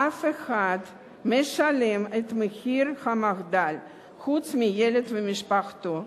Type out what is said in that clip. אף אחד לא משלם את מחיר המחדל חוץ מהילד ומשפחתו,